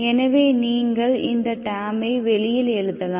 எனவே நீங்கள் அந்த டெர்மை வெளியில் எழுதலாம்